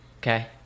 okay